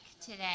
today